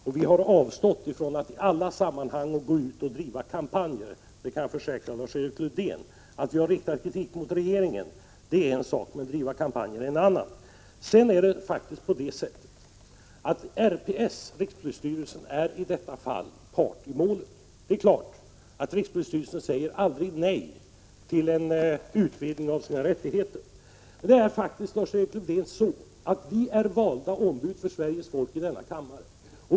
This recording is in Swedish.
Vi har i alla sammanhang avstått från att gå ut och bedriva kampanjer. Det kan jag försäkra Lars-Erik Lövdén. Att jag riktade kritik mot regeringen är en sak, men att driva kampanj är en annan. Rikspolisstyrelsen är i detta fall part i målet. Det är klart att rikspolisstyrelsen aldrig säger nej till en utvidgning av sina rättigheter. Vi är faktiskt, Lars-Erik Lövdén, valda ombud för Sveriges folk i denna kammare.